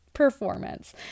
performance